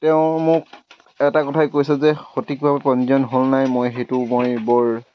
তেওঁ মোক এটা কথাই কৈছে যে সঠিকভাৱে পঞ্জীয়ন হ'ল নাই মই সেইটো মই বৰ